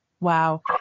Wow